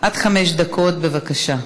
עד חמש דקות, בבקשה.